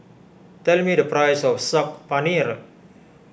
tell me the price of Saag Paneer